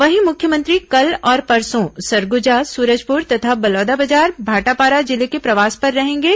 वहीं मुख्यमंत्री कल और परसों सरगुजा सूरजपुर तथा बलौदाबाजार भाटापारा जिले के प्रवास पर रहेंगे